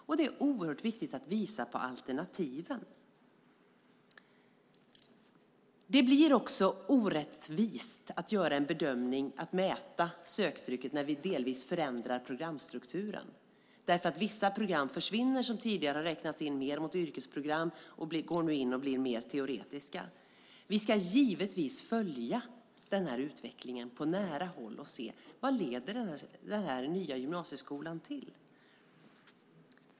Det är oerhört viktigt att visa på alternativen. Det blir orättvist att göra en bedömning och mäta söktrycket när vi delvis förändrar programstrukturen. Vissa program försvinner som tidigare har räknats in som yrkesprogram och nu blir mer teoretiska. Vi ska givetvis följa den här utvecklingen på nära håll och se vad den nya gymnasieskolan leder till.